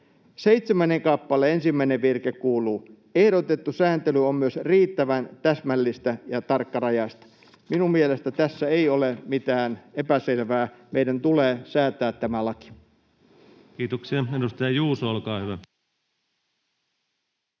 Seitsemännen kappaleen ensimmäinen virke kuuluu: ”Ehdotettu sääntely on myös riittävän täsmällistä ja tarkkarajaista.” Minun mielestäni tässä ei ole mitään epäselvää. Meidän tulee säätää tämä laki. [Speech 17] Speaker: